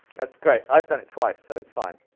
that's great, i've done it twice, so it's fine.